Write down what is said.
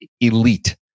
elite